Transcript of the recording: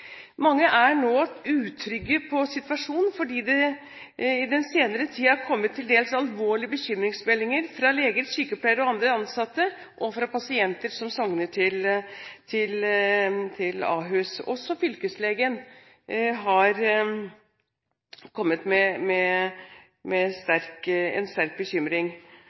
Mange er nå utrygge på situasjonen, fordi det i den senere tiden er kommet til dels alvorlige bekymringsmeldinger fra leger, sykepleiere og andre ansatte, og fra pasienter som sogner til Ahus. Også fylkeslegen har kommet med en sterk bekymring.